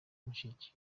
mushiki